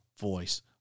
voice